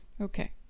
Okay